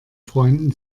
freunden